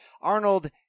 Arnold